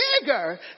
bigger